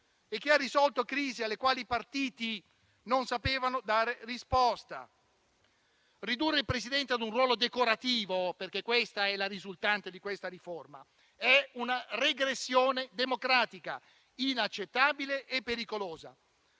e ha risolto crisi alle quali i partiti non sapevano dare risposta. Ridurre il Presidente a un ruolo decorativo - questa è la risultante di tale riforma - è una regressione democratica inaccettabile e pericolosa.